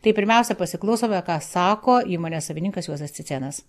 tai pirmiausia pasiklausome ką sako įmonės savininkas juozas cicėnas